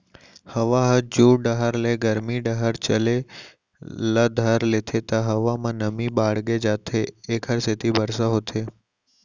हवा ह जुड़ डहर ले गरमी डहर चले ल धर लेथे त हवा म नमी बाड़गे जाथे जेकर सेती बरसा होथे